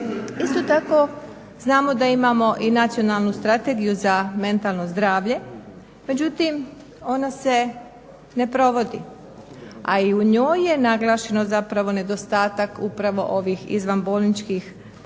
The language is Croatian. Isto tako, znamo da imamo i Nacionalnu strategiju za mentalno zdravlje. Međutim, ona se ne provodi, a i u njoj je naglašeno zapravo nedostatak upravo ovih izvanbolničkih centara